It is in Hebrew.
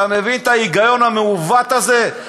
אתה מבין את ההיגיון המעוות הזה?